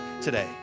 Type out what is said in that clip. today